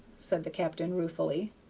said the captain, ruefully.